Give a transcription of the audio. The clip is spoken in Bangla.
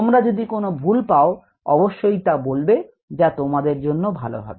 তোমরা যদি কোন ভুল পাও অবশ্যই তা বলবে যা তোমাদের জন্য ভালো হবে